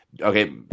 okay